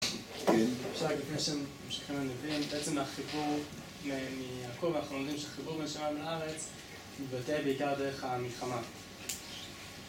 כן? אפשר לפני שממשיכים לנביאים, בעצם החיבור מיעקב אנחנו לומדים שהחיבור בין שלום לארץ מתבטא בעיקר דרך המלחמה